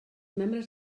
membres